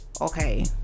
Okay